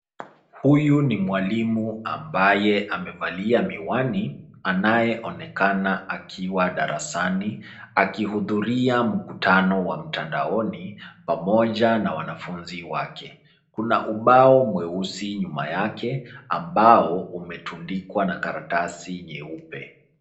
Huyu ni mwalimu ambaye amevalia miwani anayeonekana akiwa darasani, akihudhuria mkutano wa mtandaoni pamoja na wanafunzi wake. Kuna ubao mweusi nyuma yake ambao umetundikwa na karatasi nyeupe.